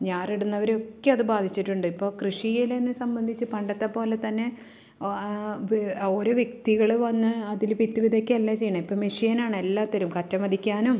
ഞാറിടുന്നവരൊക്കെ അത് ബാധിച്ചിട്ടുണ്ട് ഇപ്പോൾ കൃഷിയിൽ എന്നെ സംബന്ധിച്ച് പണ്ടത്തെ പോലെ തന്നെ ഒരോ വ്യക്തികൾ വന്ന് അതിൽ വിത്ത് വിതക്കുകയല്ല ചെയ്യുന്നത് ഇപ്പോൾ മെഷീൻ ആണ് എല്ലാത്തിലും കറ്റ മെതിക്കാനും